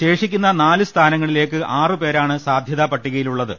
ശേഷിക്കുന്ന നാല് സ്ഥാനങ്ങളി ലേക്ക് ആറു പേരാണ് സാധ്യതാ പട്ടികയിലുള്ളത്